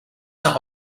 saint